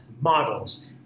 models